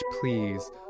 Please